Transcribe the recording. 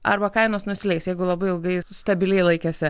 arba kainos nusileis jeigu labai ilgai stabiliai laikėsi